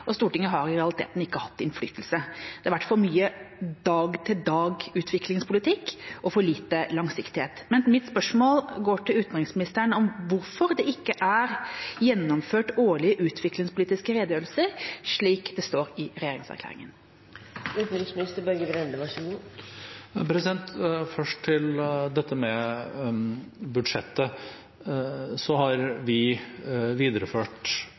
og Stortinget har i realiteten ikke hatt innflytelse. Det har vært for mye dag-til-dag-utviklingspolitikk og for lite langsiktighet. Men mitt spørsmål til utenriksministeren går på hvorfor det ikke er gjennomført årlige utviklingspolitiske redegjørelser, slik det står i regjeringserklæringen. Først til dette med budsjettet. Der har vi i all hovedsak videreført